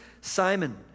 Simon